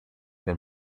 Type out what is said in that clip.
been